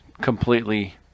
completely